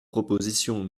proposition